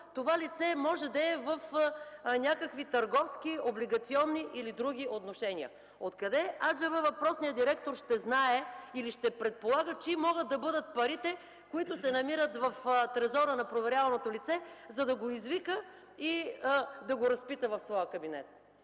това лице може да е в някакви търговски, облигационни или други отношения. Откъде, аджеба, въпросният директор ще знае или ще предполага чии могат да бъдат парите, които се намират в трезора на проверяваното лице, за да го извика и да го разпита в своя кабинет?